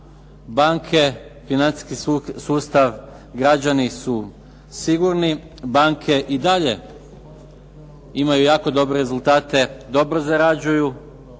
banke, financijski sustav, građani su sigurni, banke i dalje imaju jako dobre rezultate, dobro zarađuju.